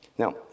Now